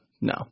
no